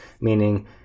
meaning